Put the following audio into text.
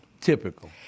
Typical